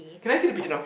can I see the picture now